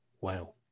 Wow